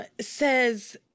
says